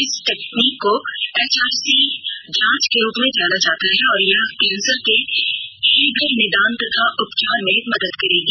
इस तकनीक को एचआरसी जांच के रूप में जाना जाता है और यह कैंसर के शीघ्र निदान तथा उपचार में मदद करेगी